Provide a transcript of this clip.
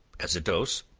as a dose,